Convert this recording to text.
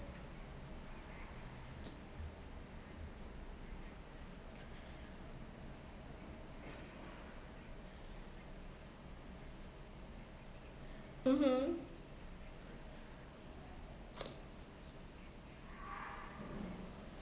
mmhmm